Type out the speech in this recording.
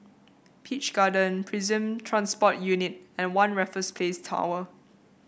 Peach Garden Prison Transport Unit and One Raffles Place Tower